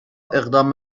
اقدام